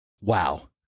Wow